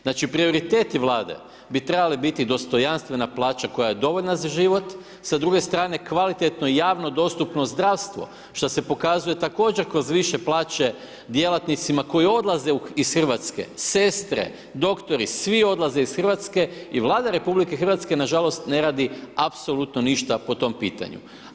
Znači prioriteti Vlade bi trebali biti dostojanstvena plaća koja je dovoljna za život, s druge strane kvalitetno i javno dostupno zdravstvo što se dokazuje također kroz više plaće djelatnicima koji odlaze iz Hrvatske sestre, doktori, svi odlaze iz Hrvatske i Vlada RH nažalost ne radi apsolutno ništa po tom pitanju.